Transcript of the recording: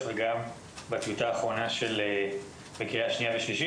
וגם בטיוטה האחרונה לקראת קריאה שנייה ושלישית.